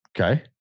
Okay